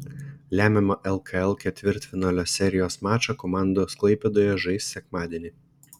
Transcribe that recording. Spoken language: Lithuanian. lemiamą lkl ketvirtfinalio serijos mačą komandos klaipėdoje žais sekmadienį